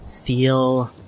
feel